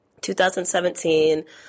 2017